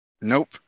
Nope